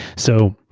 so,